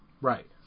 Right